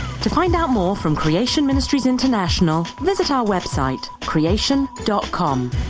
to find out more from creation ministries international visit our website creation dot com